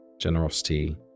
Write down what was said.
generosity